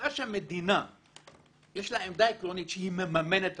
בשעה שלמדינה יש עמדה עקרונית שהיא ממנת תרבות,